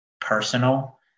personal